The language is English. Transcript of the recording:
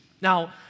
Now